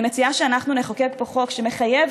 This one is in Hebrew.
אני מציעה שאנחנו נחוקק פה חוק שמחייב